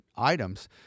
items